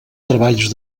treballs